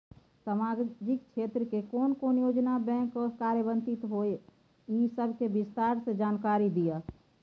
सामाजिक क्षेत्र के कोन कोन योजना बैंक स कार्यान्वित होय इ सब के विस्तार स जानकारी दिय?